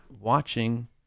watching